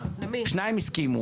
שניים הסכימו.